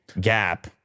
gap